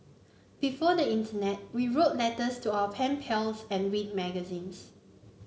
before the internet we wrote letters to our pen pals and read magazines